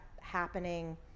happening